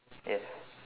yes